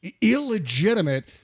illegitimate